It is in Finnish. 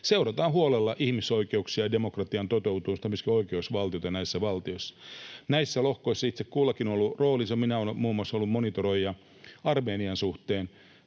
Seurataan huolella ihmisoikeuksia ja demokratian toteutumista, myöskin oikeusvaltioita näissä valtioissa. Näissä lohkoissa itse kullakin on ollut roolinsa. Minä olen muun muassa ollut monitoroija Armenian suhteen,